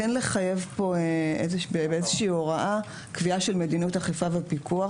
כן לחייב פה באיזושהי הוראה קביעה של מדיניות אכיפה ופיקוח,